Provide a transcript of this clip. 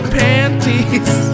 panties